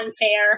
unfair